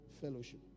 fellowship